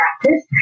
practice